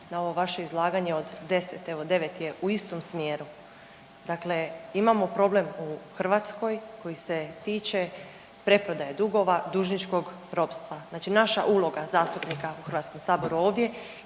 na ovo vaše izlaganje od 10, evo 9 je u istom smjeru. Dakle, imamo problem u Hrvatskoj koji se tiče preprodaje dugova, dužničkog ropstva. Znači naša zastupnika u Hrvatskom saboru ovdje